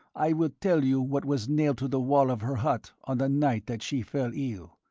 i will tell you what was nailed to the wall of her hut on the night that she fell ill.